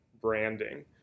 branding